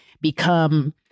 become